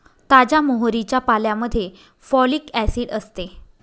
ताज्या मोहरीच्या पाल्यामध्ये फॉलिक ऍसिड असते